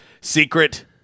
secret –